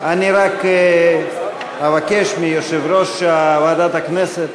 אני רק אבקש מיושב-ראש ועדת הכנסת